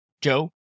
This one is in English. Joe